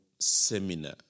seminar